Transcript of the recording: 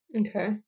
okay